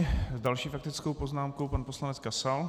S další faktickou poznámkou pan poslanec Kasal.